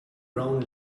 brown